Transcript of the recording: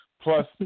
plus